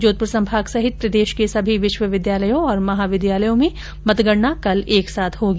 जोधपुर संभाग सहित प्रदेश के सभी विश्वविद्यालयों और महाविद्यालयों में मतगणना कल एक साथ होगी